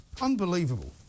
unbelievable